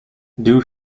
due